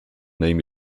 name